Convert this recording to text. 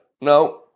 no